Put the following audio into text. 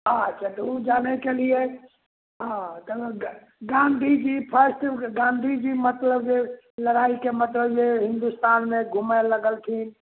अच्छा तऽ ओ जानैके लिए हँ कहलहुँ गाँधी जी फर्स्ट गाँधी जी मतलब जे लड़ाइके मतलब जे हिन्दुस्तानमे घुमए लगलखिन